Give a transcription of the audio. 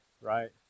right